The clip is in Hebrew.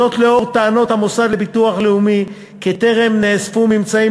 זאת לאור טענות המוסד לביטוח לאומי כי טרם נאספו ממצאים